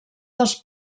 dels